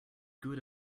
good